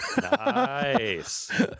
Nice